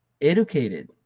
educated